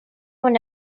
when